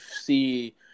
see